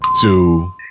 two